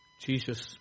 Jesus